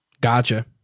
Gotcha